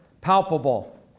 palpable